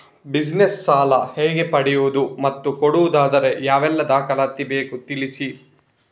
Business ಸಾಲ ಹೇಗೆ ಪಡೆಯುವುದು ಮತ್ತು ಕೊಡುವುದಾದರೆ ಯಾವೆಲ್ಲ ದಾಖಲಾತಿ ಬೇಕು ತಿಳಿಸಿ?